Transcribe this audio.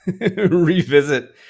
revisit